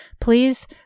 please